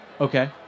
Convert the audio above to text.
Okay